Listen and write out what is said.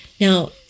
Now